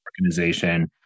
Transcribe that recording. organization